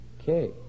Okay